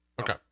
okay